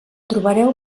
trobareu